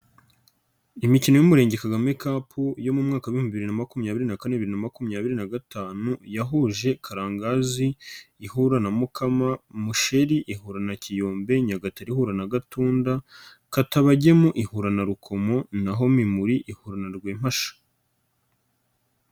Imikino y'umurenge kagame kapu yo mu mwaka wa bibiri na makumyabiri na kane biri na makumyabiri na gatanu yahuje Karangazi ihura na Mukama, Musheli ihura na Kiyombe, Nyagatare na Gatunda, Katabagemu ihura na Rukomo na ho Mimuri ihura na Rwempasha.